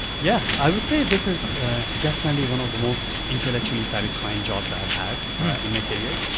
yeah. i would say this is definitely one of the most intellectually satisfying jobs i've had in my career.